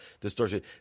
distortion